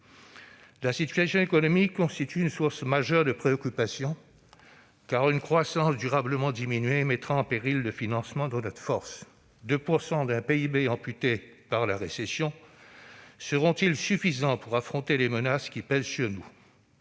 La situation économique constitue une source majeure de préoccupation, car une croissance durablement diminuée mettra en péril le financement de notre force : 2 % d'un PIB amputé par la récession seront-ils suffisants pour affronter les menaces qui pèsent sur nous ?